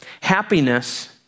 Happiness